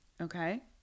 okay